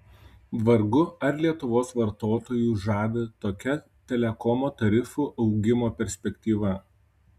vargu ar lietuvos vartotojus žavi tokia telekomo tarifų augimo perspektyva